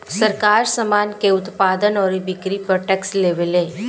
सरकार, सामान के उत्पादन अउरी बिक्री पर टैक्स लेवेले